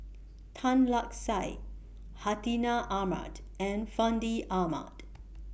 Tan Lark Sye Hartinah Ahmad and Fandi Ahmad